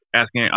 asking